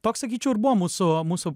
toks sakyčiau ir buvo mūsų mūsų